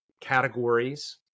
categories